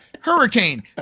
hurricane